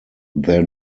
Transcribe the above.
their